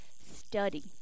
study